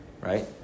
right